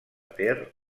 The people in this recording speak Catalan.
ter